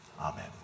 Amen